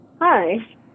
Hi